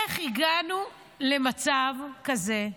איך הגענו למצב כזה?